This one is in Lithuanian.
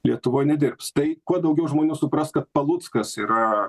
lietuvoj nedirbs tai kuo daugiau žmonių supras kad paluckas yra